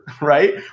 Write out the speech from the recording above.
right